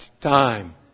time